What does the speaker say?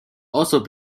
also